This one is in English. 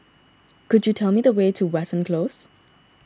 could you tell me the way to Watten Close